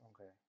Okay